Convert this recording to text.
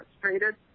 frustrated